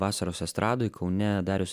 vasaros estradoj kaune dariaus